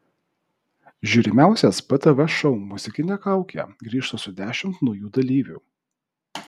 žiūrimiausias btv šou muzikinė kaukė grįžta su dešimt naujų dalyvių